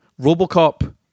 Robocop